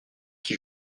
qui